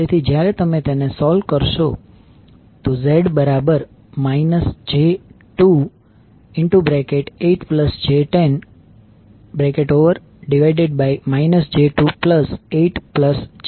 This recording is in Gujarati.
તેથી જ્યારે તમે તેને સોલ્વ કરશો Z j2 8 j10 j2 8 j100